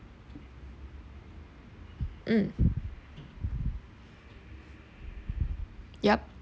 mm yup